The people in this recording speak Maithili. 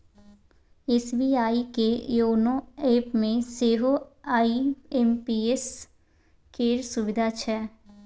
एस.बी.आई के योनो एपमे सेहो आई.एम.पी.एस केर सुविधा छै